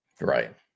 Right